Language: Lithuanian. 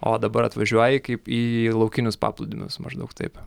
o dabar atvažiuoji kaip į laukinius paplūdimius maždaug taip